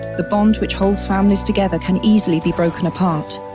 the bond which holds families together can easily be broken apart.